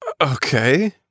Okay